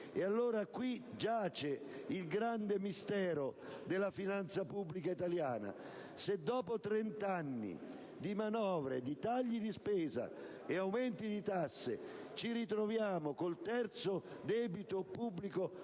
tasse. Qui giace il grande mistero della finanza pubblica italiana: se dopo trent'anni di manovre di tagli di spesa e di aumenti di tasse ci ritroviamo con il terzo debito pubblico